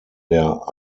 der